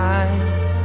eyes